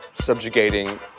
subjugating